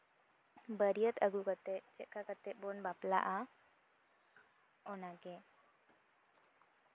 ᱵᱟᱹᱨᱭᱟᱹᱛ ᱟᱹᱜᱩ ᱠᱟᱛᱮᱜ ᱪᱮᱫ ᱞᱮᱠᱟ ᱠᱟᱛᱮᱜ ᱵᱚᱱ ᱵᱟᱯᱞᱟᱜᱼᱟ ᱚᱱᱟᱜᱮ